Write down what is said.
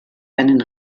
einen